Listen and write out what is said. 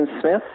Smith